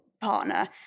partner